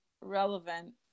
relevant